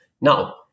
now